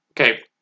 okay